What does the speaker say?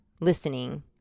listening